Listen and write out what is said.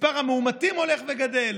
מספר המאומתים הולך וגדל,